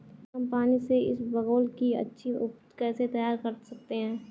कम पानी से इसबगोल की अच्छी ऊपज कैसे तैयार कर सकते हैं?